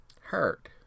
hurt